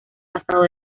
pasado